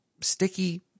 sticky